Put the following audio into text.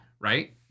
Right